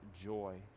joy